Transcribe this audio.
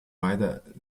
beider